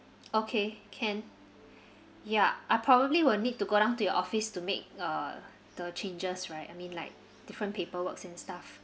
okay can ya I probably will need to go down to your office to make uh the changes right I mean like different paper works and stuff